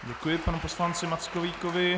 Děkuji panu poslanci Mackovíkovi.